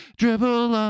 dribble